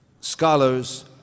scholars